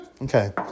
Okay